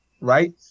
right